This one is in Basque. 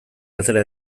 atera